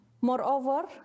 Moreover